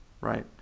right